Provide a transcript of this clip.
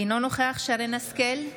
אינו נוכח שרן מרים השכל,